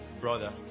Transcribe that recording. brother